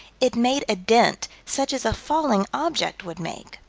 it made a dent such as a falling object would make.